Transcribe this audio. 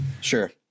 Sure